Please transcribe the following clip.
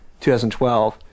2012